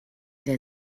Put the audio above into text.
der